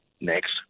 next